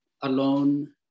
alone